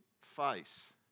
face